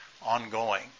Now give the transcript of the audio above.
ongoing